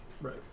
right